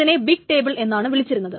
അതിനെ big table എന്നാണ് വിളിച്ചിരുന്നത്